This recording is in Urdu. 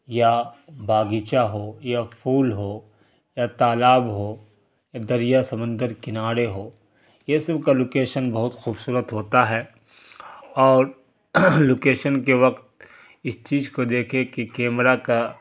یا باغیچہ ہو یا فول ہو یا تالاب ہو یا دریا سمندر کنارے ہو یہ سب کا لوکیشن بہت خوبصورت ہوتا ہے اور لوکیشن کے وقت اس چیز کو دیکھے کہ کیمرہ کا